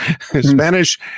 Spanish